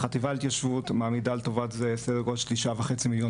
חטיבת ההתיישבות מעמידה לטובת זה 10.5 מיליון